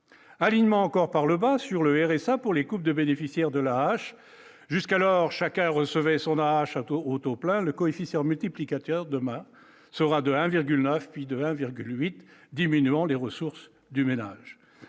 alignement encore par le bas, sur le RSA pour les coupes de bénéficiaires de l'AAH jusqu'alors chacun recevait son à Château au taux plein le coefficient multiplicateur demain sera de 1 virgule 9 puis de 1 virgule 8 diminuant les ressources du ménage